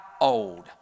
old